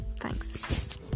thanks